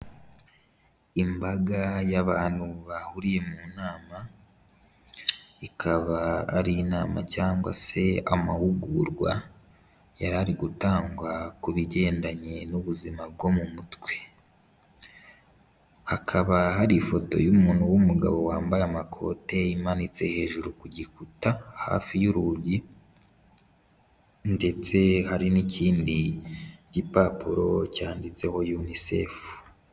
Imbaga y'abantu bahuriye mu nama, ikaba ari inama cyangwa se amahugurwa yari ari gutangwa ku bigendanye n'ubuzima bwo mu mutwe. Hakaba hari ifoto y'umuntu w'umugabo wambaye amakote imanitse hejuru ku gikuta hafi y'urugi, ndetse hari n'ikindi gipapuro cyanditseho UNICEF.